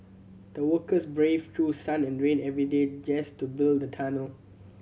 the workers braved through sun and rain every day just to build the tunnel